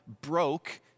broke